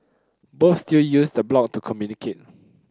both still use the blog to communicate